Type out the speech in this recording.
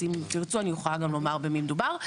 אז אם תרצו אני יכולה גם לומר במי מדובר.